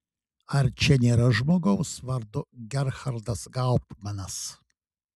ar čia nėra žmogaus vardu gerhardas hauptmanas